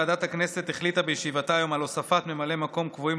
ועדת הכנסת החליטה בישיבתה היום על הוספת ממלאי מקום קבועים